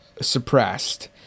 suppressed